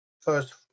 first